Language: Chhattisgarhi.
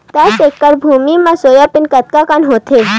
दस एकड़ भुमि म सोयाबीन कतका कन होथे?